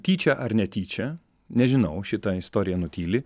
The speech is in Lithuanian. tyčia ar netyčia nežinau šita istorija nutyli